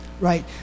right